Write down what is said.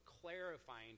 clarifying